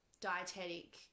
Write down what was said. dietetic